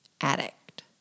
addict